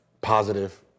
positive